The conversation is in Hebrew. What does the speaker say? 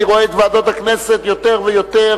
אני רואה את ועדות הכנסת יותר ויותר